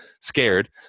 scared